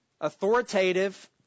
authoritative